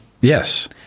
Yes